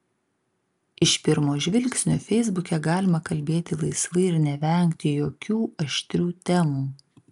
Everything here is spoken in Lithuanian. iš pirmo žvilgsnio feisbuke galima kalbėti laisvai ir nevengti jokių aštrių temų